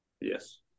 Yes